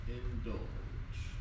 indulge